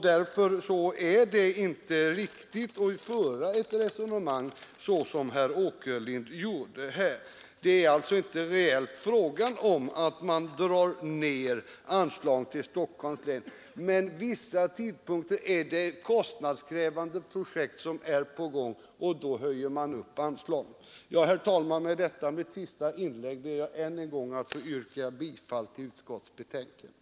Därför är det inte riktigt att föra ett sådant resonemang som herr Åkerlind gjorde här. Det är alltså i verkligheten inte fråga om att man drar ner anslagen till Stockholms län. Vissa tidpunkter är det kostnadskrävande projekt som är på gång, och då höjer man anslagen. Herr talman! Med detta mitt sista inlägg ber jag ännu en gång att få yrka bifall till utskottets betänkande.